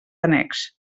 annex